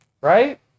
Right